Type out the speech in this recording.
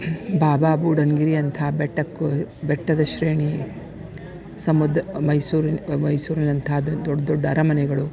ಬಾಬಾ ಬುಡನ್ ಗಿರಿ ಅಂಥ ಬೆಟ್ಟಕ್ಕೂ ಬೆಟ್ಟದ ಶ್ರೇಣಿ ಸಮುದ್ರ ಮೈಸೂರು ಮೈಸೂರಿನಂಥಾದ್ ದೊಡ್ಡ ದೊಡ್ಡ ಅರಮನೆಗಳು